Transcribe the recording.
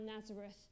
Nazareth